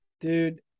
dude